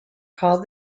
called